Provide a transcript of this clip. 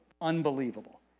Unbelievable